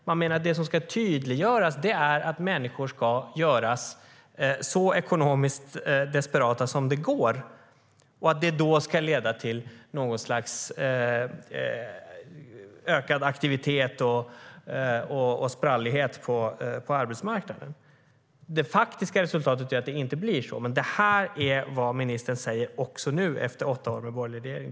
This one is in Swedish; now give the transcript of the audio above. Man menar att det som ska tydliggöras är att människor ska göras så ekonomiskt desperata som det går och att det ska leda till något slags ökad aktivitet och sprallighet på arbetsmarknaden. Det faktiska resultatet är att det inte blir så. Men detta är vad ministern säger även nu efter åtta år med en borgerlig regering.